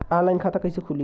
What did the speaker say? Online खाता कइसे खुली?